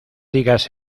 digas